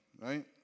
right